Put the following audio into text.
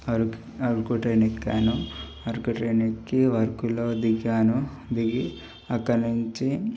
Araku Araku train ఎక్కాను Araku train ఎక్కి అరకులో దిగాను దిగి అక్కడి నుంచి